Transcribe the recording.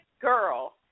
girl